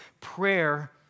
prayer